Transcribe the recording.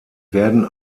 werden